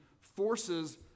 forces